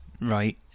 right